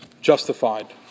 justified